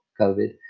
COVID